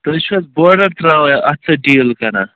تُہۍ چھِو حظ بورڈَر ترٛاوان اَتھ سۭتۍ ڈیٖل کران